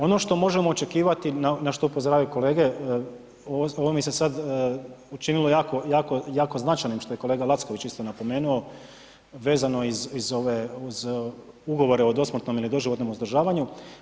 Ono što možemo očekivati, na što upozoravaju kolege, ovo mi se sad učinilo jako, jako, jako značajnim što je kolega Lacković isto napomenuo vezano iz, iz ove, uz Ugovore o dosmrtnom ili doživotnom uzdržavanju.